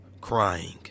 crying